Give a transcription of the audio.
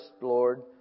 Lord